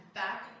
back